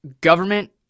Government